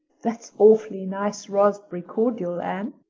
that's awfully nice raspberry cordial, anne,